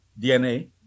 DNA